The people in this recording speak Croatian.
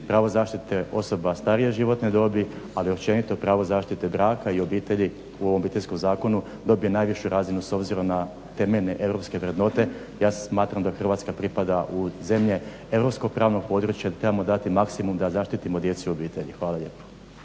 pravo zaštite osoba starije životne dobi ali općenito pravo zaštite braka i obitelji u ovom Obiteljskom zakonu dobije najvišu razinu s obzirom na temeljne europske vrednote. Ja smatram da Hrvatska pripada u zemlje europskog pravnog područja i trebamo dati maksimum da zaštitimo djecu i obitelj. Hvala lijepo.